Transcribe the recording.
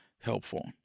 helpful